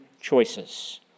choices